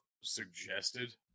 suggested